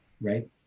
right